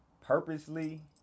purposely